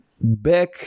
back